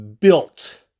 built